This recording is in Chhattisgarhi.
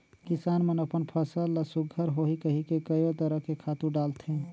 किसान मन अपन फसल ल सुग्घर होही कहिके कयो तरह के खातू डालथे